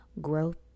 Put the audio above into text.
growth